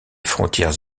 frontières